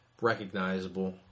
recognizable